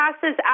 passes